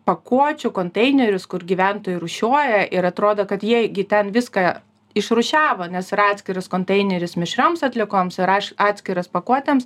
pakuočių konteinerius kur gyventojai rūšiuoja ir atrodo kad jie gi ten viską išrūšiavo nes yra atskiras konteineris mišrioms atliekoms yra aš atskiras pakuotėms